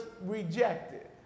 rejected